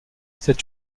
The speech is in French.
cet